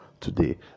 today